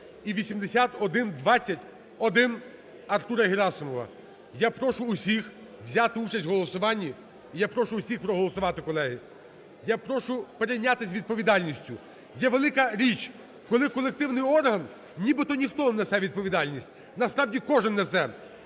і 8120-1, Артура Герасимова. Я прошу всіх взяти участь у голосуванні і я прошу всіх проголосувати. Колеги, я прошу перейнятись відповідальністю. Є велика річ, коли колективний орган: нібито ніхто не несе відповідальність, насправді кожен несе.